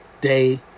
day